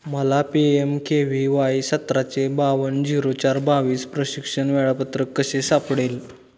मला P M K V Y सतराचे बावन्न झिरो चार बावीस प्रशिक्षण वेळापत्रक कसे सापडेल